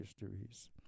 histories